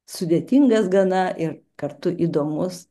sudėtingas gana ir kartu įdomus